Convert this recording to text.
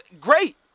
great